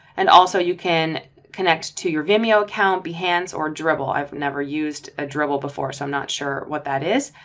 and also you can connect to your vimeo account behance or dribble i've never used a dribble before. so i'm not sure what that is.